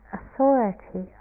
authority